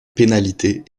pénalités